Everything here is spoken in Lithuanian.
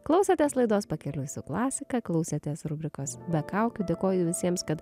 klausotės laidos pakeliui su klasika klausėtės rubrikos be kaukių dėkoju visiems kad